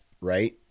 right